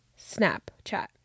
Snapchat